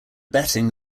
betting